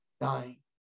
dying